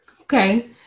Okay